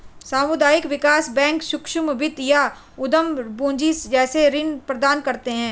सामुदायिक विकास बैंक सूक्ष्म वित्त या उद्धम पूँजी जैसे ऋण प्रदान करते है